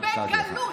בגלוי.